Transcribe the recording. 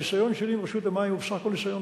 הניסיון שלי עם רשות המים הוא בסך הכול ניסיון